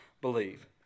believe